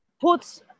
puts